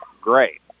Great